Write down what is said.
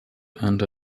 and